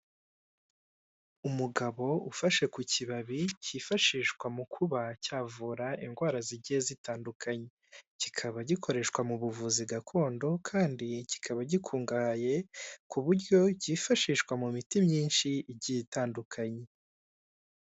Umugabo ufashe ku kibabi cyifashishwa mu kuba cyavura indwara zigiye zitandukanye, kikaba gikoreshwa mu buvuzi gakondo kandi kikaba gikungahaye ku buryo cyifashishwa mu miti myinshi igiye itandukanye.